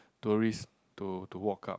tourists to to walk up